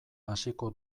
hasiko